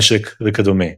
נשק וכדומה.